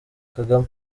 kagame